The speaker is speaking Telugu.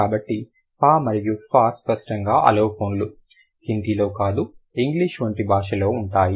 కాబట్టి pa మరియు pha స్పష్టంగా అలోఫోన్లు హిందీలో కాదు ఇంగ్లీష్ వంటి భాషలో ఉంటాయి